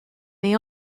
they